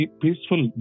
peaceful